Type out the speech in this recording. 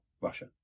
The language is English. Russia